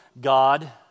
God